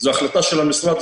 זו החלטה של המשרד,